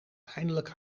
eindelijk